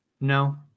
No